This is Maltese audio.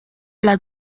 bla